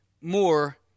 more